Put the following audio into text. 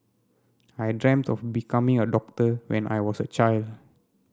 I dreamt of becoming a doctor when I was a child